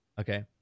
okay